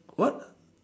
what